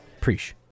Preach